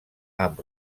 amb